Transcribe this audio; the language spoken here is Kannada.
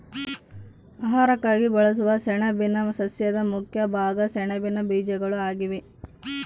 ಆಹಾರಕ್ಕಾಗಿ ಬಳಸುವ ಸೆಣಬಿನ ಸಸ್ಯದ ಮುಖ್ಯ ಭಾಗ ಸೆಣಬಿನ ಬೀಜಗಳು ಆಗಿವೆ